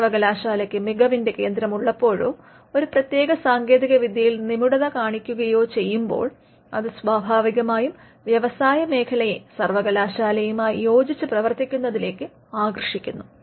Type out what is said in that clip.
സർവകലാശാലയ്ക്ക് മികവിന്റെ കേന്ദ്രം ഉള്ളപ്പോഴോ ഒരു പ്രതേക സാങ്കേതികവിദ്യയിൽ നിപുണത കാണിക്കുകയോ ചെയ്യുമ്പോൾ അത് സ്വാഭാവികമായും വ്യവസായ മേഖലയെ സർവകലാശാലയുമായി യോജിച്ച് പ്രവർത്തിക്കുന്നതിലേക്ക് ആകർഷിക്കുന്നു